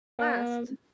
last